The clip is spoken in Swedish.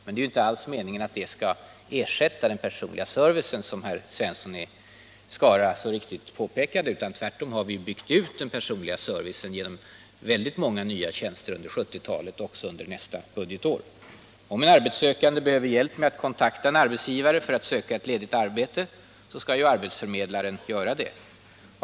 Men det är ju inte alls meningen att detta skall ersätta den personliga servicen, som herr Svensson i Skara så riktigt påpekade. Tvärtom har vi byggt ut den personliga servicen genom många nya tjänster under 1970-talet och också under nästa budgetår. Om en arbetssökande behöver hjälp med att kontakta en arbetsgivare för att söka ett ledigt arbete, skall ju arbetsförmedlaren göra det.